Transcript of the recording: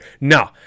No